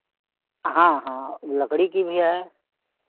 हाँ हाँ लकड़ी की भी है